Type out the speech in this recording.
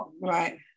Right